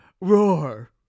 roar